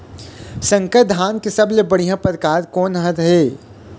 संकर धान के सबले बढ़िया परकार कोन हर ये?